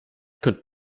könnten